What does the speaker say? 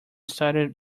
started